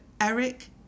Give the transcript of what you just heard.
Eric